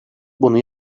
bunu